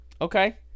Okay